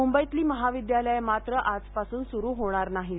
मुंबईतली महाविद्यालयं मात्र आजपासून सुरु होणार नाहीत